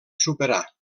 superar